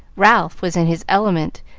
ralph was in his element,